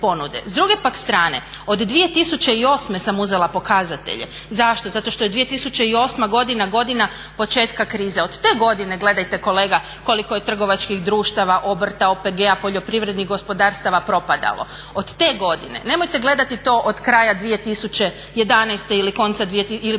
S druge pak strane od 2008. sam uzela pokazatelje. Zašto? Zato što je 2008. godina, godina početka krize. Od te godine gledajte kolega koliko je trgovačkih društava, obrta, OPG-a, poljoprivrednih gospodarstava propadalo od te godine. Nemojte gledati to od kraja 2011. ili početka 2012. od